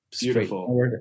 beautiful